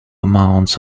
amounts